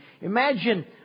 Imagine